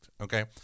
okay